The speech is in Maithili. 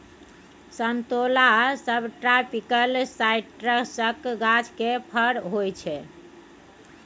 समतोला सबट्रापिकल साइट्रसक गाछ केर फर होइ छै